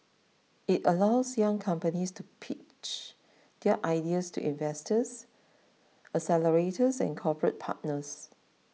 it allows young companies to pitch their ideas to investors accelerators and corporate partners